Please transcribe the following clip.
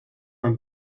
een